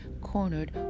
cornered